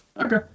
Okay